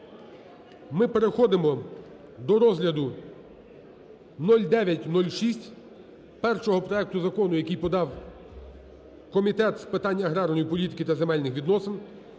ми переходимо до розгляду 0906, першого проекту закону, який подав Комітет з питань аграрної політики та земельних відносин.